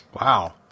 Wow